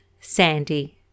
Sandy